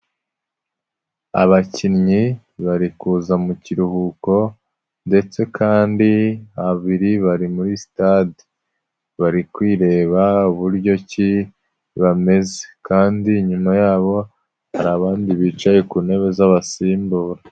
Abakinnyi bari kuza mu kiruhuko ndetse kandi babiri bari muri stade, bari kwireba uburyo ki bameze kandi nyuma ya hari abandi bicaye ku ntebe z'abasimbura.